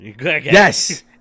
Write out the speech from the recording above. Yes